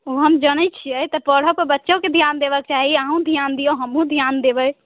ओ हम जनैत छियै तऽ पढ़ऽ पर बच्चोके ध्यान देबऽके चाही अहूँ ध्यान दिऔ हमहुँ ध्यान देबै